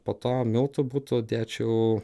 po to miltų būtų dėčiau